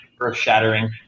earth-shattering